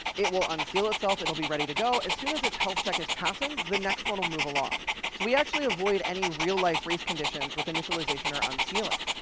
it will unseal itself, it will be ready to go. as soon as its health check is passing, the next one will move along. so we actually avoid any real-life conditions with initialization or unsealing.